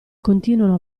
continuano